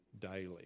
daily